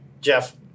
Jeff